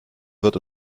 wird